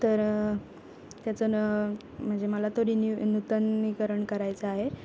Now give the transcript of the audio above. तर त्याचं न म्हणजे मला तो रिनि नूतनीकरण करायचा आहे